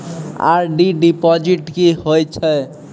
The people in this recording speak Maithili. आर.डी डिपॉजिट की होय छै?